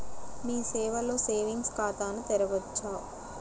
మీ సేవలో సేవింగ్స్ ఖాతాను తెరవవచ్చా?